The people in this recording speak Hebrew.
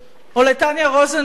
או לטניה רוזנבליט